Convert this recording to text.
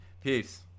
Peace